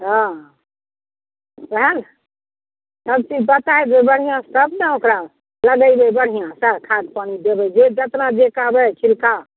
हँ ओहए सबचीज बताए देबै बढ़िआँ से तब ने ओकरा लगैबै बढ़िआँसँ खाद पानि देबै जे जतना जे कहबै छिड़का